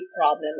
problem